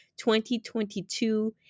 2022